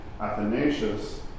Athanasius